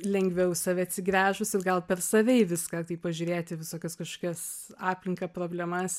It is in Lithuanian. lengviau į save atsigręžus ir gal per save į viską pažiūrėti į visokias kažkokias aplinką problemas